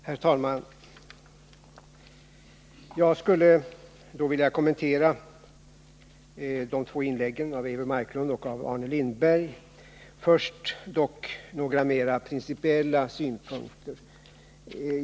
Herr talman! Jag skulle vilja kommentera de två inläggen av Eivor Marklund och Arne Lindberg. Först dock några mera principiella synpunkter.